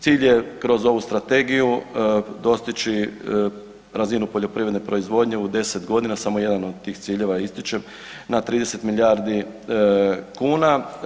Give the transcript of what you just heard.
Cilj je kroz ovu strategiju dostići razinu poljoprivredne proizvodnje u 10.g. samo jedan od tih ciljeva ističem, na 30 milijardi kuna.